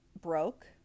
broke